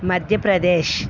Madhya Pradesh